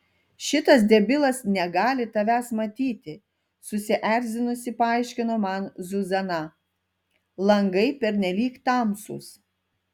šitas debilas negali tavęs matyti susierzinusi paaiškino man zuzana langai pernelyg tamsūs